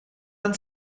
man